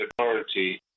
majority